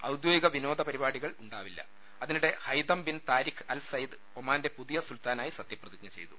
ഔദ്യോഗിക വിനോദപരിപാടികൾ ഉണ്ടാവില്ലു അതിനിടെ Haitham bin Tariq Al Said ഒമാന്റെ പുതിയ സുൽത്താനായി സത്യപ്രതിജ്ഞ ചെയ്തു